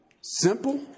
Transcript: Simple